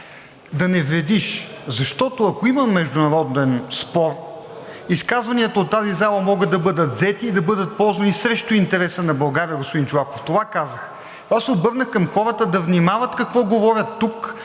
да не вредиш. Защото, ако има международен спор, изказванията от тази зала могат да бъдат взети и да бъдат използвани срещу интереса на България, господин Чолаков – това казах. Аз се обърнах към хората да внимават какво говорят тук,